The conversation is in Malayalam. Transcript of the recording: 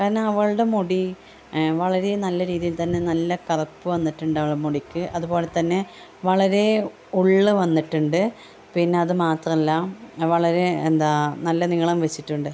കാരണം അവളുടെ മുടി വളരെ നല്ല രീതിയിൽ തന്നെ നല്ല കറുപ്പ് വന്നിട്ടുണ്ട് അവളുടെ മുടിക്ക് അതുപോലെ തന്നെ വളരെ ഉള്ള് വന്നിട്ടുണ്ട് പിന്നെ അത് മാത്രമല്ല വളരെ എന്താ നല്ല നീളം വച്ചിട്ടുണ്ട്